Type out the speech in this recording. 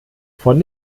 von